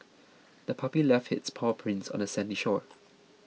the puppy left its paw prints on the sandy shore